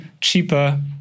cheaper